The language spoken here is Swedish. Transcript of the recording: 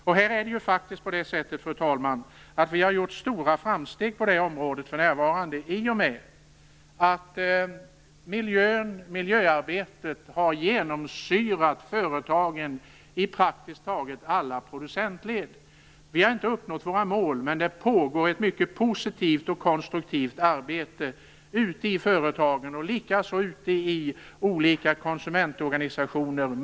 Vi har faktiskt, fru talman, gjort stora framsteg på det området i och med att miljön och miljöarbetet har genomsyrat företagen i praktiskt taget alla producentled. Vi har inte uppnått våra mål, men det pågår ett mycket positivt och konstruktivt arbete ute i företagen och likaså ute i olika konsumentorganisationer.